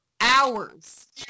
hours